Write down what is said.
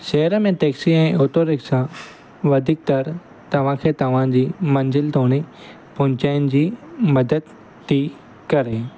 शहर में टेक्सी ऐं ऑटो रिक्शा वधीक तर तव्हांखे तव्हांजी मंज़िल ताईं पहुचाइण जी मदद थी करे